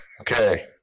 okay